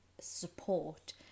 support